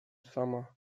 sama